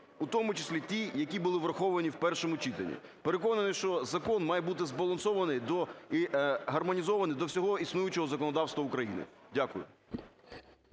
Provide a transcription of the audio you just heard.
у тому числі ті, які були враховані у першому читанні. Переконаний, що закон має бути збалансований і гармонізований до всього існуючого законодавства України. Дякую.